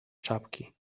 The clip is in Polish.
czapki